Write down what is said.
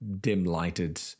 dim-lighted